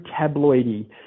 tabloidy